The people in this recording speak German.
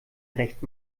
recht